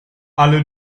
alle